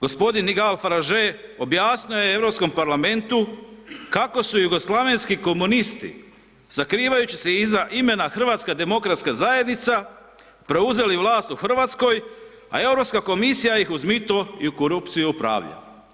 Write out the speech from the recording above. Gospodin Nigel Faragel objasnio je Europskom parlamentu kako su jugoslavenski komunisti, sakrivajući se iza imena HDZ, preuzeli vlast u RH, a Europska Komisija ih uz mito i korupciju upravlja.